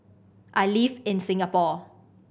I live in Singapore